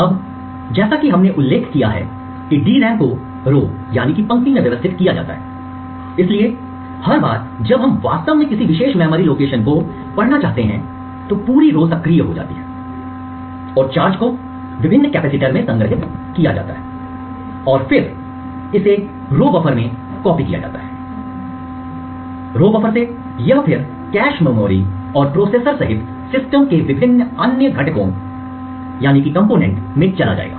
अब जैसा कि हमने उल्लेख किया है कि DRAM को रो में व्यवस्थित किया जाता है इसलिए हर बार जब हम वास्तव में किसी विशेष मेमोरी लोकेशन को पढ़ना चाहते हैं तो पूरी रो पंक्ति सक्रिय हो जाती है और चार्ज को विभिन्न कैपेसिटर में संग्रहीत किया जाता है और फिर इसे रो पंक्ति बफर में कॉपी किया जाता है पंक्ति रो बफ़र से यह फिर कैश मेमोरी और प्रोसेसर सहित सिस्टम के विभिन्न अन्य घटकों में चला जाएगा